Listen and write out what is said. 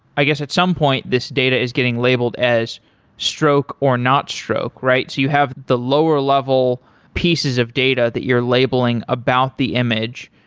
i guess at some point this data is getting labeled as stroke, or not stroke, right? you have the lower-level pieces of data that you're labeling about the image,